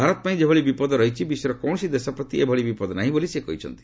ଭାରତପାଇଁ ଯେଭଳି ବିପଦ ରହିଛି ବିଶ୍ୱର କୌଣସି ଦେଶ ପ୍ରତି ଏଭଳି ବିପଦ ନାହିଁ ବୋଲି ସେ କହିଛନ୍ତି